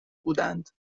بودند